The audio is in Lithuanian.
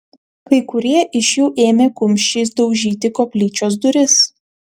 kai kurie iš jų ėmė kumščiais daužyti koplyčios duris